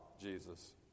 Jesus